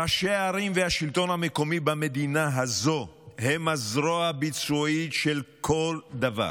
ראשי הערים והשלטון המקומי במדינה הזו הם הזרוע הביצועית של כל דבר.